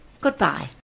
goodbye